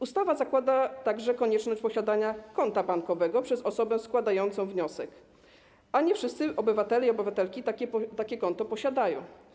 Ustawa zakłada także konieczność posiadania konta bankowego przez osobę składającą wniosek, a nie wszyscy obywatele i obywatelki takie konto posiadają.